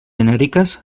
genèriques